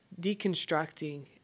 deconstructing